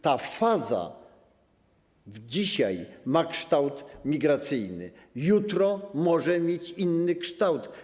Ta faza dzisiaj ma kształt migracyjny, jutro może mieć inny kształt.